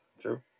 True